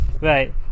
Right